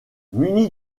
muni